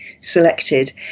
selected